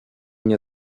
nie